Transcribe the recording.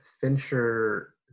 Fincher